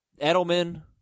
Edelman